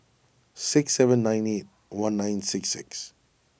six seven nine eight one nine six six